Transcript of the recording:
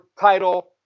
title